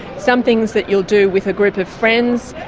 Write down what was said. some things that you'll do with a group of friends,